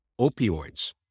opioids